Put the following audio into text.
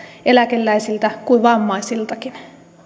eläkeläisiltä kuin vammaisiltakin